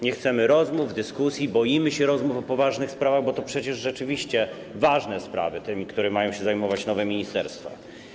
Nie chcemy rozmów, dyskusji, boimy się rozmów o poważnych sprawach, bo to przecież ważne sprawy, te, którymi mają się zajmować nowe ministerstwa.